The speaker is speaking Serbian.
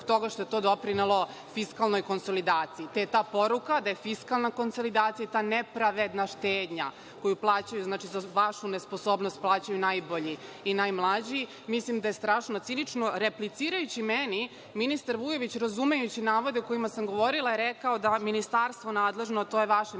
toga što je to doprinelo fiskalnoj konsolidaciji. Te je ta poruka da je fiskalna konsolidacija, ta nepravedna štednja koju plaćaju, znači za vašu nesposobnost plaćaju najbolji i najmlađi. Mislim da je strašno cinično, replicirajući meni, ministar Vujović, razumejući navode o kojima sam govorila, je rekao da ministarstvo nadležno, a to je vaše ministarstvo,